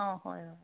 অঁ হয় অঁ